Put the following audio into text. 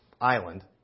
island